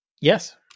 Yes